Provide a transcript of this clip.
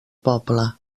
poble